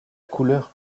couleur